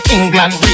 England